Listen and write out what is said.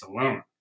alone